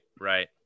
right